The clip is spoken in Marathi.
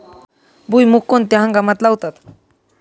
भुईमूग कोणत्या हंगामात लावतात?